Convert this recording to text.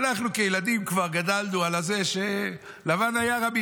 אנחנו כילדים כבר גדלנו על זה שלבן היה רמאי,